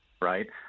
right